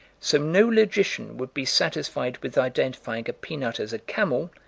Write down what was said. so no logician would be satisfied with identifying a peanut as a camel,